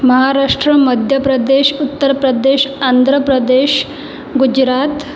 Maharashtra Madhya Pradesh Uttar Pradesh Andhra Pradesh Gujarat